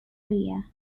area